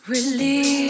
Release